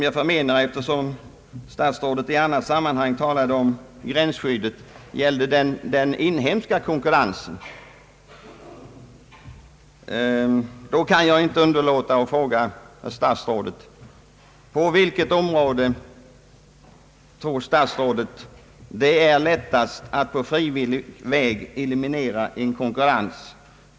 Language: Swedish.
Jag föreställer mig att statsrådet avsåg den inhemska konkurrensen, att sådana jämförelser inte går att göra. Jag måste fråga herr statsrådet: På vilket område tror statsrådet att det är lättast att på frivillig väg eliminera en konkurrens?